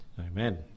amen